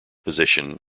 position